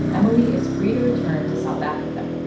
emily is free to return to south africa.